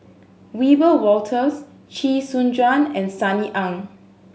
Wiebe Wolters Chee Soon Juan and Sunny Ang